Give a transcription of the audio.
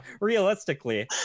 realistically